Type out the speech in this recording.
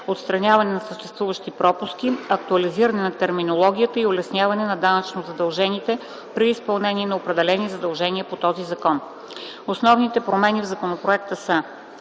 отстраняване на съществуващи пропуски, актуализиране на терминологията и улесняване на данъчно задължените при изпълнението на определени задължения по този закон. Основните промени в законопроекта са: